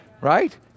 Right